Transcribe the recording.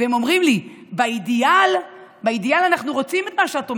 הם אומרים לי: באידיאל אנחנו רוצים את מה שאת אומרת,